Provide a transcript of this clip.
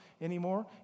anymore